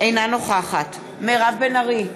אינה נוכחת מירב בן ארי,